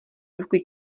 ruky